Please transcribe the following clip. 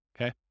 okay